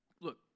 Look